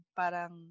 parang